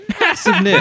massive